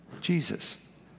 Jesus